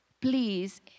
please